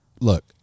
look